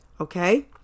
Okay